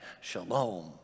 Shalom